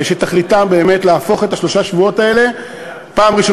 שתכליתם באמת להפוך את שלושת השבועות האלה ראשית,